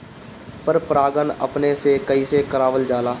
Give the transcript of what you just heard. पर परागण अपने से कइसे करावल जाला?